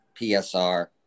PSR